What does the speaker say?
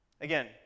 Again